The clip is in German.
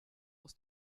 aus